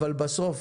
אבל בסוף,